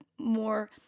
more